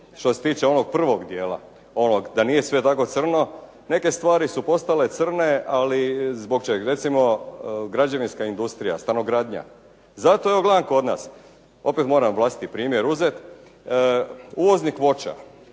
što se tiče onog prvog dijela da nije sve tako crno neke stvari su postale crne, ali zbog čega. Recimo, građevinska industrija, stanogradnja. Zato ja gledam kod nas, opet moram vlastiti primjer uzeti. Uvoznik voća